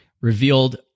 revealed